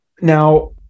now